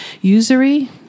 usury